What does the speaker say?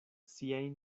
siajn